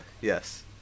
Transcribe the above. Yes